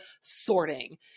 sorting